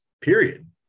period